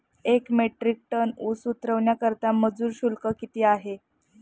एक metric ton ऊस उतरवण्याकरता मजूर शुल्क किती आहे?